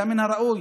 היה מן הראוי,